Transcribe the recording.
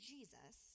Jesus